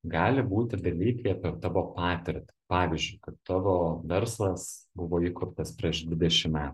gali būti dalykai apie tavo patirtį pavyzdžiui kad tavo verslas buvo įkurtas prieš dvidešim metų